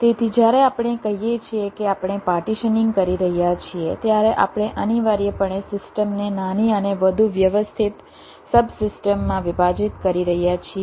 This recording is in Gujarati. તેથી જ્યારે આપણે કહીએ છીએ કે આપણે પાર્ટીશનીંગ કરી રહ્યા છીએ ત્યારે આપણે અનિવાર્યપણે સિસ્ટમને નાની અને વધુ વ્યવસ્થિત સબસિસ્ટમ્સ માં વિભાજિત કરી રહ્યા છીએ